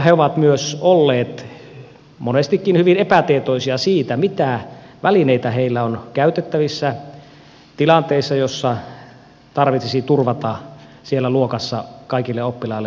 he ovat myös olleet monestikin hyvin epätietoisia siitä mitä välineitä heillä on käytettävissä tilanteissa joissa tarvitsisi turvata siellä luokassa kaikille oppilaille opiskelurauha